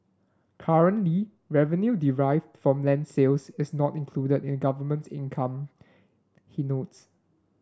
currently revenue derived from land sales is not included in government's income he notes